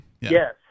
Yes